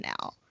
now